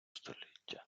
століття